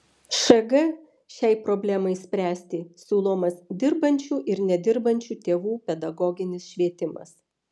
šg šiai problemai spręsti siūlomas dirbančių ir nedirbančių tėvų pedagoginis švietimas